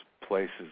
places